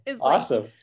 Awesome